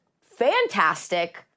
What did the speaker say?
fantastic